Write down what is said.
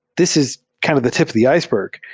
this is kind of the tip of the iceberg.